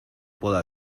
pueda